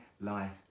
life